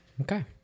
Okay